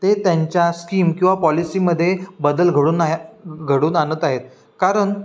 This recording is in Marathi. ते त्यांच्या स्कीम किंवा पॉलिसीमध्ये बदल घडून घडून आणत आहेत कारण